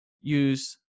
use